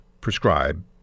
prescribe